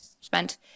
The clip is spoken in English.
spent